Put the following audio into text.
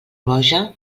boja